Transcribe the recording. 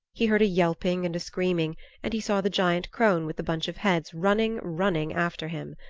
he heard a yelping and a screaming and he saw the giant crone with the bunch of heads running, running after him.